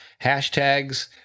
hashtags